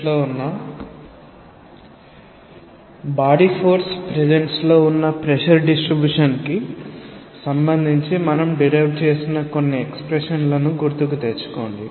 ఇప్పుడు body force presence లో ఉన్న ప్రెషర్ డిస్ట్రిబ్యూషన్ కి సంబంధించి మనం డిరైవ్ చేసిన కొన్ని ఎక్స్ప్రెషన్ లను గుర్తుకు తెచ్చుకోండి